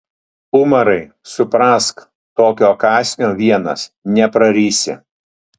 umarai suprask tokio kąsnio vienas neprarysi